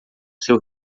seu